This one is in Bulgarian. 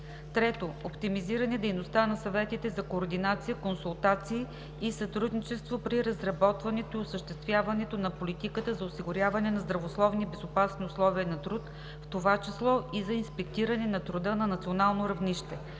3. Оптимизиране дейността на съветите за координация, консултации и сътрудничество при разработването и осъществяването на политиката за осигуряване на здравословни и безопасни условия на труд, в това число и за инспектиране на труда на национално равнище.